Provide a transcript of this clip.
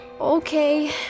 Okay